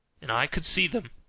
and i could see them,